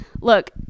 look